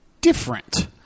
different